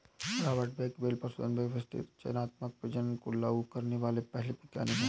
Robert Bakewell पशुधन के व्यवस्थित चयनात्मक प्रजनन को लागू करने वाले पहले वैज्ञानिक है